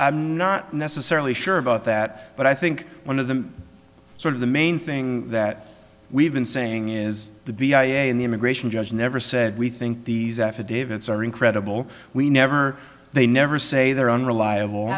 not necessarily sure about that but i think one of the sort of the main thing that we've been saying is the b i a in the immigration judge never said we think these affidavits are incredible we never they never say their own reliable